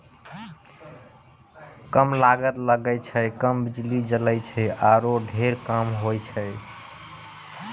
कम लागत लगै छै, कम बिजली जलै छै आरो ढेर काम होय छै